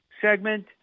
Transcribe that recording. segment